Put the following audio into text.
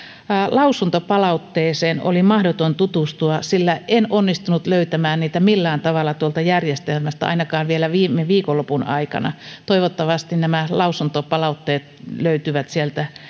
lausuntopalautteeseen oli mahdoton tutustua sillä en onnistunut löytämään niitä millään tavalla tuolta järjestelmästä ainakaan vielä viime viikonlopun aikana toivottavasti nämä lausuntopalautteet löytyvät sieltä